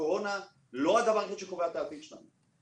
הקורונה היא לא הדבר היחיד שקובע את העתיד שלנו,